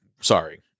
sorry